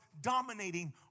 dominating